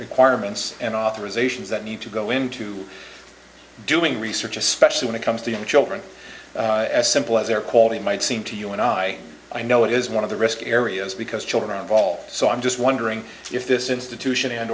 requirements and authorizations that need to go into doing research especially when it comes to young children as simple as their quality might seem to you and i i know it is one of the risk areas because children are involved so i'm just wondering if this institution and